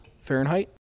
Fahrenheit